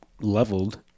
leveled